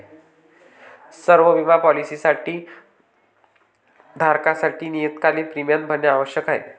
सर्व बिमा पॉलीसी धारकांसाठी नियतकालिक प्रीमियम भरणे आवश्यक आहे